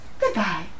Goodbye